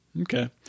okay